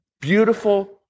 Beautiful